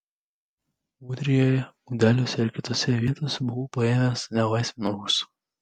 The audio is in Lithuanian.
ūdrijoje gudeliuose ir kitose vietose buvau paėmęs nelaisvėn rusų